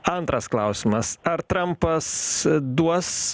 antras klausimas ar trampas duos